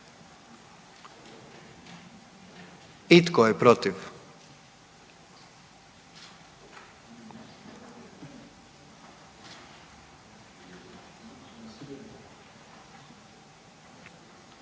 I tko je protiv?